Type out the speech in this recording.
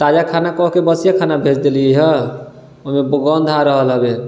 ताजा खाना कहके बसिया खाना भेज देलियै हँ ओयमे गन्ध आ रहलै है